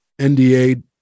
NDA